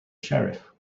sheriff